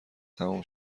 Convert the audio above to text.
تموم